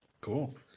Cool